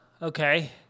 Okay